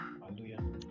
Hallelujah